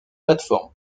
plateformes